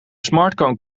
smartphone